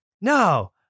No